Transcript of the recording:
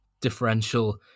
differential